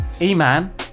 E-Man